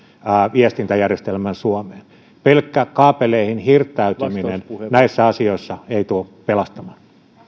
viestintäjärjestelmää suomeen pelkkä kaapeleihin hirttäytyminen näissä asioissa ei tule pelastamaan